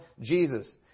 Jesus